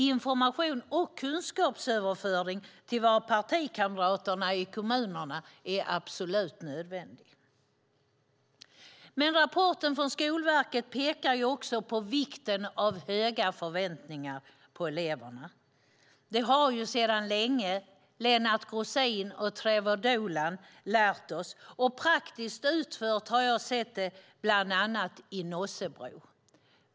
Information och kunskapsöverföring till våra partikamrater i kommunerna är absolut nödvändig. Men rapporten från Skolverket pekar också på vikten av höga förväntningar på eleverna. Det har sedan länge Lennart Grosin och Trevor Dolan lärt oss, och praktiskt utfört har jag sett det bland annat i Nossebro.